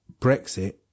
Brexit